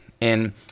And-